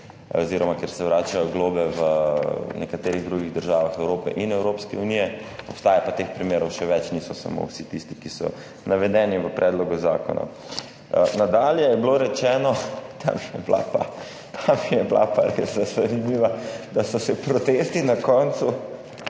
primeri, kjer se vračajo globe v nekaterih drugih državah Evrope in Evropske unije. Obstaja pa teh primerov še več, niso vsi samo tisti, ki so navedeni v predlogu zakona. Nadalje je bilo rečeno, ta mi je bila pa res zanimiva, da so se protesti na koncu